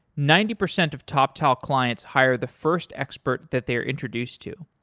ninety percent of toptal clients hire the first expert that they're introduced to.